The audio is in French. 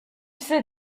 sais